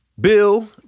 Bill